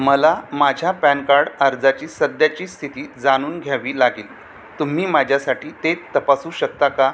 मला माझ्या PAN card अर्जाची सध्याची स्थिती जाणून घ्यावी लागेल तुम्ही माझ्यासाठी ते तपासू शकता का